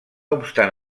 obstant